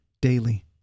daily